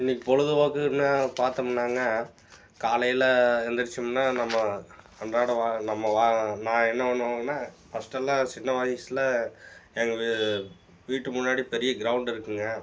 இன்னைக்கு பொழுதுபோக்குன்னா பாத்தோமுன்னாங்க காலையில் எந்திரிச்சோம்னா நம்ம அன்றாட நம்ம நான் என்ன பண்ணுவேன்னா ஃபஸ்ட்டல்லாம் சின்ன வயசில் எங்கள் வீட்டு முன்னாடி பெரிய க்ரௌண்ட் இருக்கும்ங்க